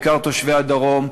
בעיקר תושבי הדרום,